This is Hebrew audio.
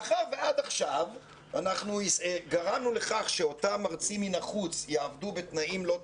מאחר שעד עכשיו גרמנו לכך שאותם מרצים מן החוץ יעבדו בתנאים לא תנאים,